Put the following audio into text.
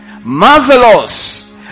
Marvelous